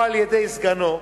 או על-ידי סגנו,